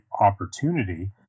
opportunity